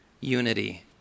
unity